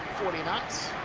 forty knots